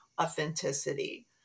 authenticity